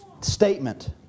statement